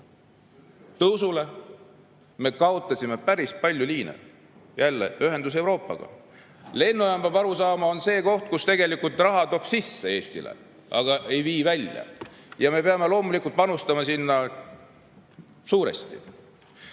tõttu me kaotasime päris palju liine. Jällegi, ühendus Euroopaga. Lennujaam, peab aru saama, on see koht, kus tegelikult raha toob sisse Eestile, aga ei vii välja. Ja me peame loomulikult panustama sinna suuresti.